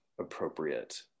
appropriate